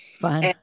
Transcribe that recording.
fun